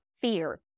fear